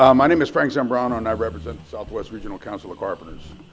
um my name is frank sambrano and i represent the southwest regional council of carpenters.